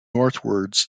northwards